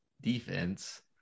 defense